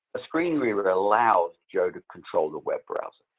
a screen reader but allows joe to control the web browser.